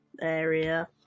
area